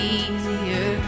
easier